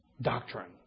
doctrine